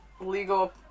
legal